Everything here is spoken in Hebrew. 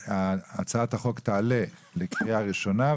הצעת החוק תעלה לקריאה ראשונה,